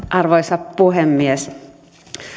arvoisa puhemies